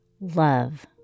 love